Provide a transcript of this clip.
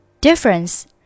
Difference